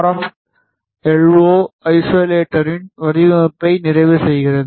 F L O ஐசோலேட்டரின் வடிவமைப்பை நிறைவு செய்கிறது